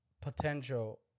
potential